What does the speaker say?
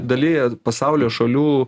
dalyje pasaulio šalių